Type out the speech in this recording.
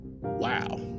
wow